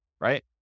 right